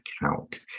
account